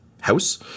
house